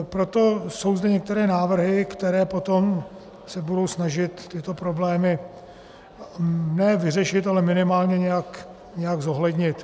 Proto jsou zde některé návrhy, které potom se budou snažit tyto problémy ne vyřešit, ale minimálně nějak zohlednit.